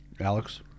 Alex